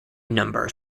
number